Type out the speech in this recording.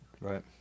right